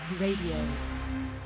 Radio